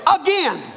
again